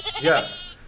Yes